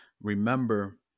remember